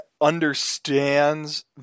understands